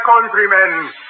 countrymen